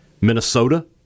Minnesota